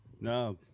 No